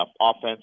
offense